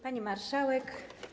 Pani Marszałek!